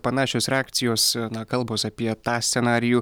panašios reakcijos na kalbos apie tą scenarijų